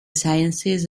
sciences